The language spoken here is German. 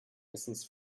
wissens